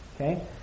okay